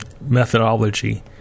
methodology